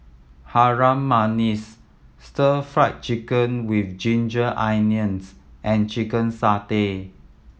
Harum Manis Stir Fried Chicken With Ginger Onions and chicken satay